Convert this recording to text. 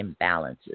imbalances